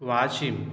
Washim